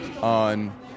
on